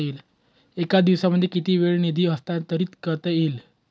एका दिवसामध्ये किती वेळा निधी हस्तांतरीत करता येईल?